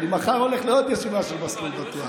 אני מחר הולך לעוד ישיבה של מסלול בטוח.